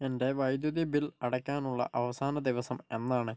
എൻ്റെ വൈദ്യുതി ബിൽ അടയ്ക്കാനുള്ള അവസാന ദിവസം എന്നാണ്